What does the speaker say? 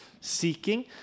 Seeking